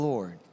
Lord